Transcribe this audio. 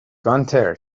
گانتر